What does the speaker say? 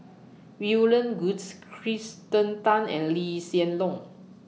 William Goodes Kirsten Tan and Lee Hsien Loong